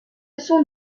sont